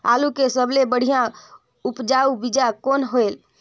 आलू के सबले बढ़िया उपजाऊ बीजा कौन हवय?